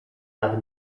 nad